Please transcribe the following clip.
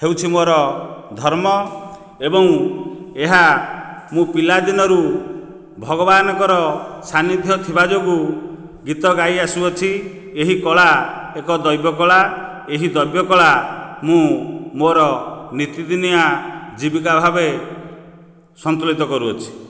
ହେଉଛି ମୋର ଧର୍ମ ଏବଂ ଏହା ମୁଁ ପିଲାଦିନରୁ ଭଗବାନଙ୍କର ସାନିଧ୍ୟ ଥିବା ଯୋଗୁଁ ଗୀତ ଗାଇ ଆସୁଅଛି ଏହି କଳା ଏକ ଦୈବ କଳା ଏହି ଦୈବ କଳା ମୁଁ ମୋର ନିତିଦିନିଆ ଜୀବିକା ଭାବେ ସନ୍ତୁଳିତ କରୁଅଛି